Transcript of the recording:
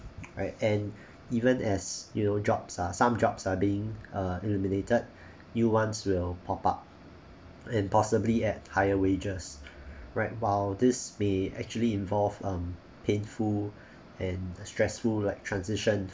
right and even as you know jobs are some jobs are being uh eliminated new ones will pop up and possibly at higher wages right while this may actually involve um painful and stressful like transition